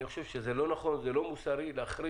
אני חושב שזה לא נכון, זה לא מוסרי להחריג.